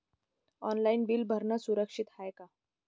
Online bill भरनं सुरक्षित हाय का?